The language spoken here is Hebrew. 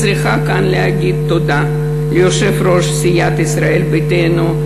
ואני כאן צריכה להגיד תודה ליושב-ראש סיעת ישראל ביתנו,